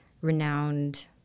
renowned